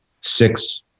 six